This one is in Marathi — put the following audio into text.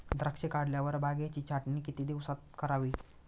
द्राक्षे काढल्यावर बागेची छाटणी किती दिवसात करावी?